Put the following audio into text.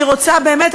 אני רוצה באמת,